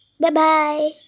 Bye-bye